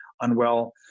unwell